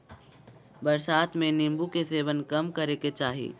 बरसात में नीम्बू के सेवन कम करे के चाही